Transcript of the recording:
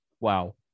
Wow